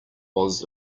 was